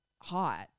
hot